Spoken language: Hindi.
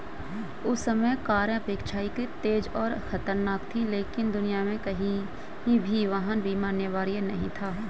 उस समय कारें अपेक्षाकृत तेज और खतरनाक थीं, लेकिन दुनिया में कहीं भी वाहन बीमा अनिवार्य नहीं था